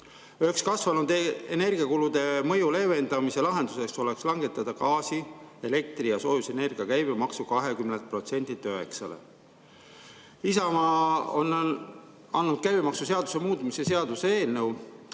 Üks kasvanud energiakulude mõju leevendamise lahendus oleks langetada gaasi, elektri ja soojusenergia käibemaks 20%-lt 9%-le. Isamaa on andnud sisse käibemaksuseaduse muutmise seaduse eelnõu,